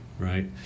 right